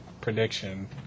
prediction